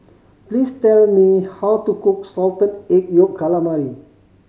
please tell me how to cook Salted Egg Yolk Calamari